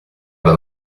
alla